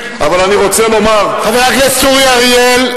אבל אני רוצה לומר, הממשלה, חבר הכנסת אורי אריאל.